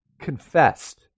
Confessed